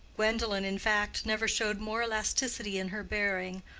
gwendolen, in fact, never showed more elasticity in her bearing,